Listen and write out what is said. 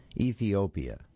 Ethiopia